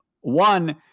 One –